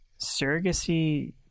surrogacy